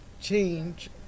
change